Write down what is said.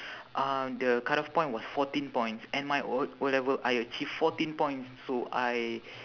um the cut off point was fourteen points and my O~ O-level I achieve fourteen points so I